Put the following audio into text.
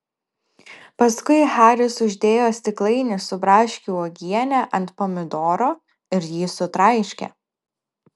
paskui haris uždėjo stiklainį su braškių uogiene ant pomidoro ir jį sutraiškė